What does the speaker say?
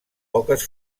poques